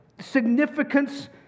significance